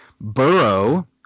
Burrow